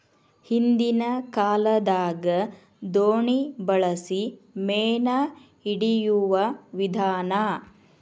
ಹಿಂದಿನ ಕಾಲದಾಗ ದೋಣಿ ಬಳಸಿ ಮೇನಾ ಹಿಡಿಯುವ ವಿಧಾನಾ